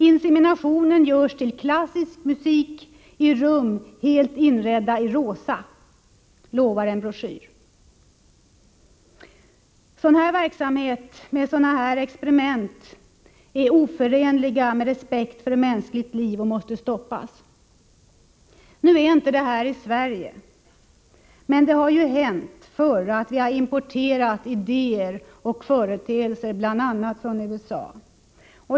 Inseminationen görs till klassisk musik i rum helt inredda i rosa, lovar en broschyr. En verksamhet med sådana här experiment är oförenlig med respekt för mänskligt liv och måste stoppas. Nu sker inte detta i Sverige, men det har ju hänt förr att vi har importerat idéer och företeelser bl.a. från USA.